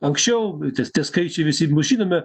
anksčiau tie tie skaičiai visi žinome